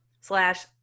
slash